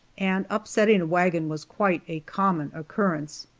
and upsetting a wagon was quite a common occurrence.